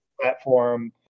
platform